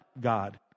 God